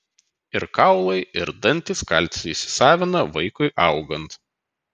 ir kaulai ir dantys kalcį įsisavina vaikui augant